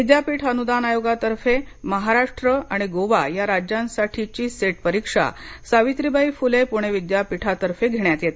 विद्यापीठ अनुदान आयोगातर्फे महाराष्ट्र आणि गोवा या राज्यांसाठीची सेट परीक्षा सावित्रीबाई फुले पुणे विद्यापीठातर्फे घेण्यात येते